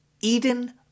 Eden